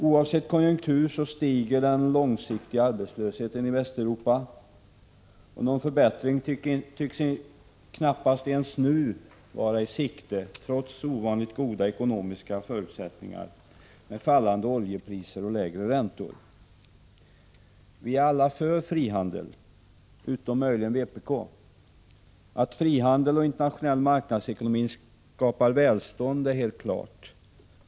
Oavsett vilken konjunktur som råder så stiger den långsiktiga arbetslösheten i Västeuropa, och någon förbättring tycks inte ens nu vara i sikte, trots ovanligt goda ekonomiska förutsättningar med fallande oljepriser och lägre räntor. Vi är alla för frihandel, utom möjligen vpk. Att frihandel och internationell marknadsekonomi skapar välstånd är helt klart.